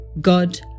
God